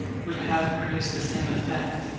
would have produced the same effect.